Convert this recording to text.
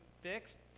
fixed